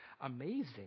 Amazing